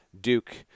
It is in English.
Duke